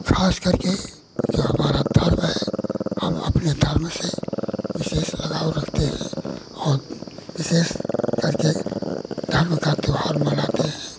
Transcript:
ख़ास करके जो हमारा धर्म है हम अपने धर्म से विशेष लगाव रखते हैं और विशेष करके धर्म का त्यौहार मनाते हैं